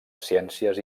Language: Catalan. ciències